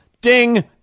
ding